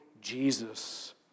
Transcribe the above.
Jesus